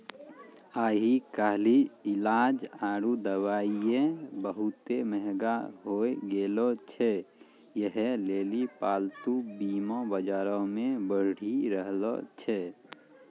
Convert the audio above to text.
आइ काल्हि इलाज आरु दबाइयै बहुते मंहगा होय गैलो छै यहे लेली पालतू बीमा बजारो मे बढ़ि रहलो छै